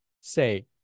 say